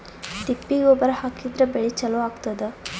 ತಿಪ್ಪಿ ಗೊಬ್ಬರ ಹಾಕಿದ್ರ ಬೆಳಿ ಚಲೋ ಆಗತದ?